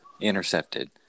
intercepted